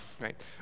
right